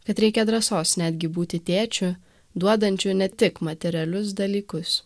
kad reikia drąsos netgi būti tėčiu duodančiu ne tik materialius dalykus